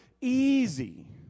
easy